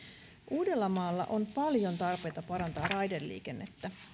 uudellamaalla on paljon tarpeita parantaa raideliikennettä